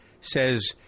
says